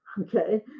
Okay